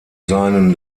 seinen